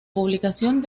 publicación